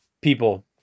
people